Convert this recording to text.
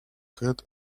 had